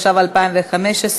התשע"ה 2015,